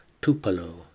Tupelo